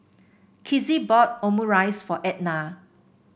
Kizzie bought Omurice for Edna